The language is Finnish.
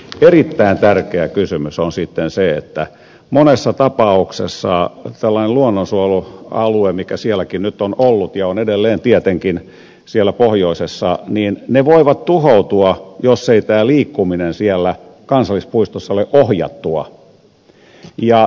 erittäin tärkeä kysymys on sitten se että monessa tapauksessa tällainen luonnonsuojelualue mikä sielläkin nyt on ollut ja on edelleen tietenkin siellä pohjoisessa voi tuhoutua jos ei tämä liikkuminen siellä kansallispuistossa ole ohjattua